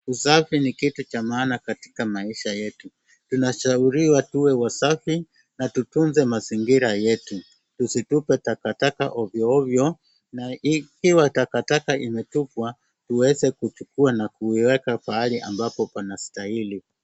Usafi ni kitu cha maana katika maisha yetu. Tunashauriwa tuwe wasafi na tutuze mazingira yetu. Tusitupe takataka ovyoovyo na ikiwa takataka imetupwa tuweze kuchukua na kuiweka pahali ambapo panastahili.